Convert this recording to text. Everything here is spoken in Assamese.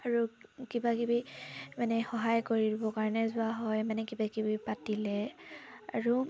আৰু কিবাকিবি মানে সহায় কৰিব কাৰণে যোৱা হয় মানে কিবাকিবি পাতিলে আৰু